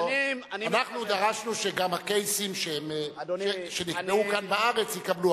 אנחנו דרשנו שגם הקייסים שנקבעו כאן בארץ יקבלו,